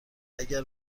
اگر